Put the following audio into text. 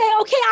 okay